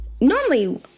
normally